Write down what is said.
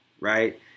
right